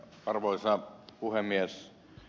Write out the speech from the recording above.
arvoisa puhemies